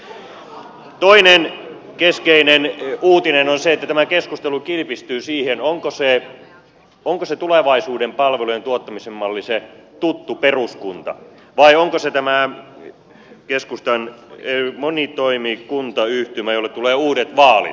toinen keskeinen uutinen on se että tämä keskustelu kilpistyy siihen onko se tulevaisuuden palvelujen tuottamisen malli se tuttu peruskunta vai onko se tämä keskustan monitoimikuntayhtymä jolle tulee uudet vaalit